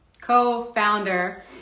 co-founder